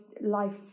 life